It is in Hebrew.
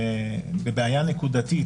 בבעיה נקודתית,